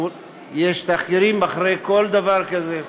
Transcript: יש תחקירים אחרי כל דבר כזה,